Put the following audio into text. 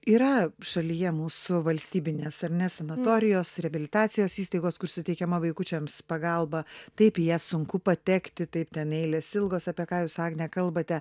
yra šalyje mūsų valstybinės ar ne sanatorijos reabilitacijos įstaigos kur suteikiama vaikučiams pagalba taip į jas sunku patekti taip ten eilės ilgos apie ką jūs agne kalbate